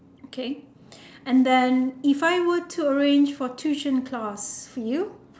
okay and then if I were to arrange for tuition class for you